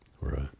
Right